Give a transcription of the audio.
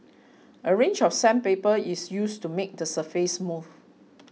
a range of sandpaper is used to make the surface smooth